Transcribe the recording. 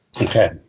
Okay